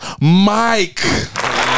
Mike